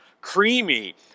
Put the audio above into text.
creamy